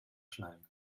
schnallen